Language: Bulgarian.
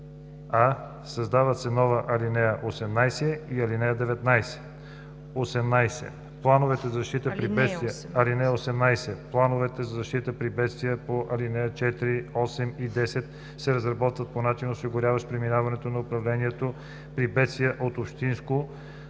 а) създават се нова ал. 18 и ал. 19: „(18) Плановете за защита при бедствия по ал. 4, 8 и 10 се разработват по начин, осигуряващ преминаване на управлението при бедствия от общинско